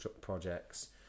projects